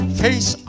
face